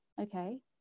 okay